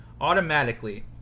Automatically